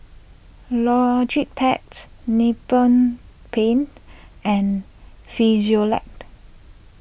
Logitech's Nippon Paint and Frisolac